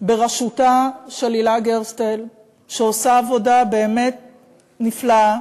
בראשותה של הילה גרסטל, שעושה עבודה באמת נפלאה,